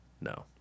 No